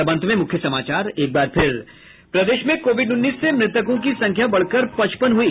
और अब अंत में मूख्य समाचार एक बार फिर प्रदेश में कोविड उन्नीस से मृतकों की संख्या बढ़कर पचपन हुई